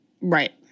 Right